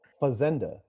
Fazenda